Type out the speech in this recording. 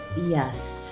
Yes